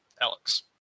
Alex